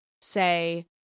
say